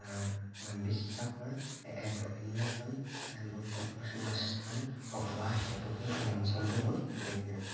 বিশ্বাসৰ এক অন্যতম গুৰুত্বপূৰ্ণ স্থান হ হোৱা হেতুকে এই অঞ্চলটো মোৰ অতিকৈ প্ৰিয়